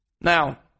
Now